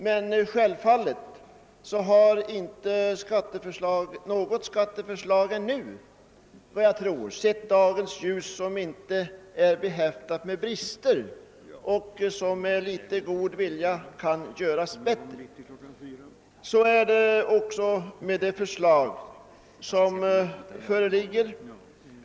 Men självfallet har något skatteförslag inte sett dagens ljus som inte är behäftat med brister och som inte med litet god vilja kunnat göras bättre. Så är det också med det förslag som föreligger.